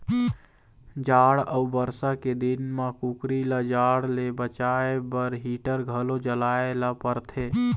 जाड़ अउ बरसा के दिन म कुकरी ल जाड़ ले बचाए बर हीटर घलो जलाए ल परथे